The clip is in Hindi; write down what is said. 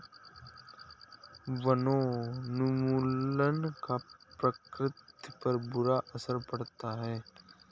वनोन्मूलन का प्रकृति पर बुरा असर पड़ता है